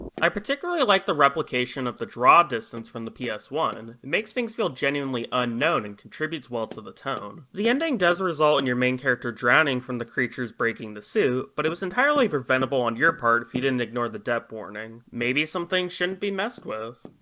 i particularly like the replication of the draw distance from the p s one, it makes things feel genuinely unknown and contributes well to the tone. the ending does result in your main character drowning from creatures breaking the suit, but it was entirely preventable on your part if you didn't ignore the depth warning. maybe some things shouldn't be messed with.